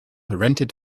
rented